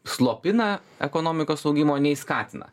slopina ekonomikos augimo nei skatina